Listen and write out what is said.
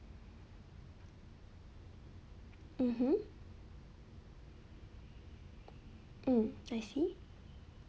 mmhmm hmm I see